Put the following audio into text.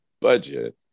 budget